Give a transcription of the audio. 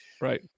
right